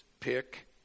pick